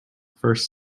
first